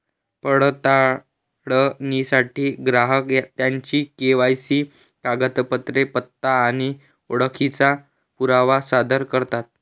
पडताळणीसाठी ग्राहक त्यांची के.वाय.सी कागदपत्रे, पत्ता आणि ओळखीचा पुरावा सादर करतात